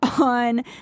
on